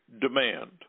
demand